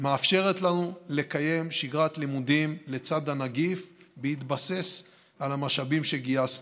מאפשרת לנו לקיים שגרת לימודים לצד הנגיף בהתבסס על המשאבים שגייסנו.